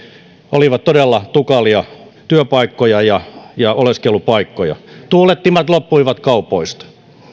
olivat todella tukalia työpaikkoja ja ja oleskelupaikkoja tuulettimet loppuivat kaupoista